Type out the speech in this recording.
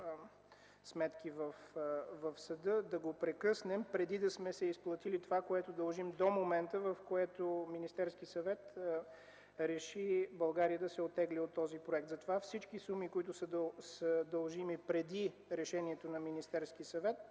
сметки в съда, да го прекъснем преди да сме изплатили това, което дължим до момента, в който Министерският съвет реши България да се оттегли от този проект. Затова всички суми, дължими преди решението на Министерския съвет,